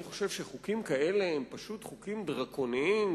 אני חושב שחוקים כאלה הם פשוט חוקים דרקוניים,